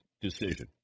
decision